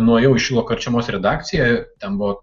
nuėjau į šilo karčemos redakciją ten buvo